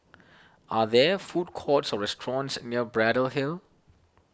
are there food courts or restaurants near Braddell Hill